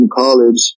college